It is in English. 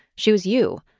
she was you.